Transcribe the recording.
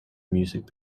music